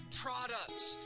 products